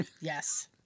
Yes